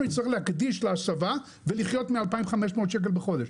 נצטרך להקדיש להסבה חצי משרה ולחיות מ-2,500 ₪ בחודש.